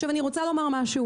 עכשיו, אני רוצה לומר משהו.